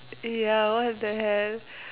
ya what the hell